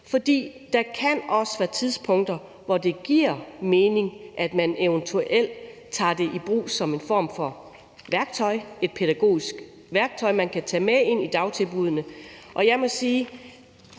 for der kan også være tidspunkter, hvor det giver mening, at man eventuelt tager skærme i brug som en form for værktøj, altså et pædagogisk værktøj, man kan tage med ind i dagtilbuddene.